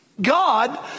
God